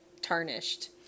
tarnished